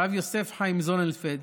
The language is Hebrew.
הרב יוסף חיים זוננפלד.